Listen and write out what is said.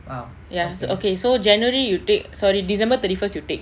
ya okay so january you take sorry december thirty first you take